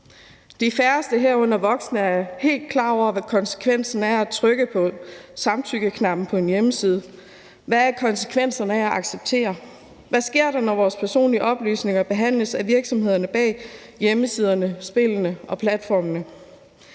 De færreste, herunder voksne, er helt klar over, hvad konsekvensen er af at trykke på samtykkeknappen på en hjemmeside. Hvad er konsekvenserne af at acceptere? Hvad sker der, når vores personlige oplysninger behandles af virksomhederne bag hjemmesiderne, spillene og platformene?